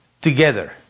Together